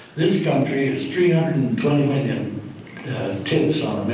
this country is three hundred and twenty million tits on